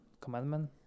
commandment